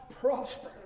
prosper